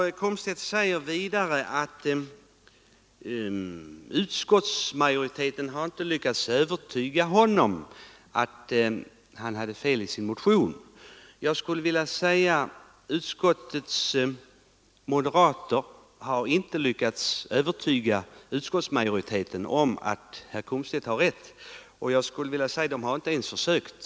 Vidare sade herr Komstedt att utskottsmajoriteten inte har lyckats övertyga honom om att han har fel i sin motion. Då vill jag säga att utskottets moderater inte har lyckats övertyga utskottsmajoriteten om att herr Komstedt har rätt. De har av någon anledning inte ens försökt.